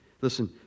Listen